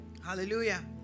hallelujah